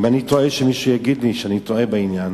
אם אני טועה, שמישהו יגיד לי שאני טועה בעניין.